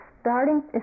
starting